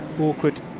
awkward